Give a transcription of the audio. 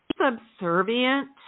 subservient